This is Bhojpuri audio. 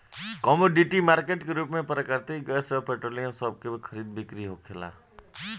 कमोडिटी मार्केट के रूप में प्राकृतिक गैस अउर पेट्रोलियम सभ के भी खरीद बिक्री होखेला